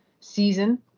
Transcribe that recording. season